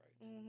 right